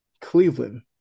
Cleveland